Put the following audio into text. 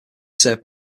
served